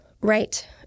Right